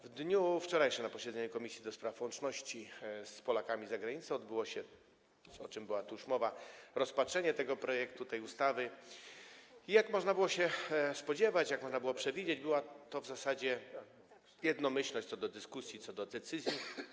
W dniu wczorajszym na posiedzeniu Komisji do Spraw Łączności z Polakami za Granicą odbyło się - o czym tu już mówiono - rozpatrzenie tego projektu ustawy i jak można było się spodziewać, jak można było przewidzieć, w zasadzie była jednomyślność w dyskusji co do decyzji.